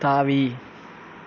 தாவி